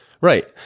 Right